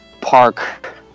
park